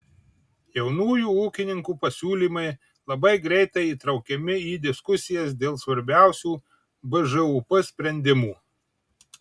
jaunųjų ūkininkų pasiūlymai labai greitai įtraukiami į diskusijas dėl svarbiausių bžūp sprendimų